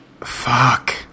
Fuck